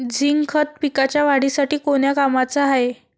Zinc खत पिकाच्या वाढीसाठी कोन्या कामाचं हाये?